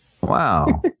wow